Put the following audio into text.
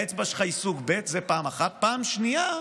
האצבע שלך היא סוג ב' זה פעם אחת בפעם השנייה,